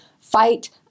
fight